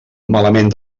malament